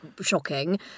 shocking